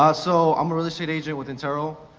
ah so i'm a real estate agent with interal,